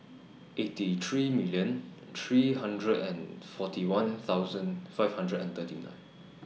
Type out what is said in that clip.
eighty three million three hundred and forty one thousand five hundred and thirty nine